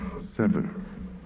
Seven